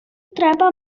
треба